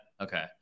Okay